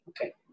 Okay